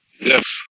Yes